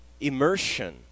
immersion